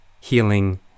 healing